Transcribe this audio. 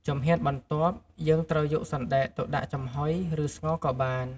ជំហានបន្ទាប់ យើងត្រូវយកសណ្តែកទៅដាក់ចំហុយ ឬ ស្ងោរក៏បាន។